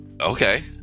okay